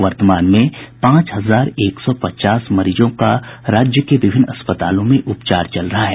वर्तमान में पांच हजार एक सौ पचास मरीजों का राज्य के विभिन्न अस्पतालों में उपचार चल रहा है